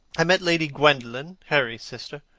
i met lady gwendolen, harry's sister,